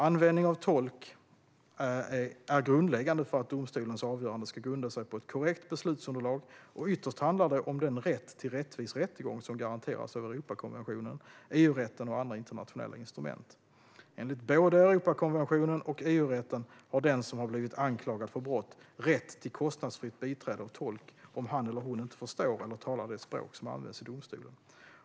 Användning av tolk är grundläggande för att domstolens avgörande ska grunda sig på ett korrekt beslutsunderlag, och ytterst handlar det om den rätt till rättvis rättegång som garanteras av Europakonventionen, EU-rätten och andra internationella instrument. Enligt både Europakonventionen och EU-rätten har den som har blivit anklagad för brott rätt till kostnadsfritt biträde av tolk, om han eller hon inte förstår eller talar det språk som används i domstolen.